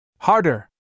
Harder